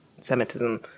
Semitism